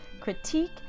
critique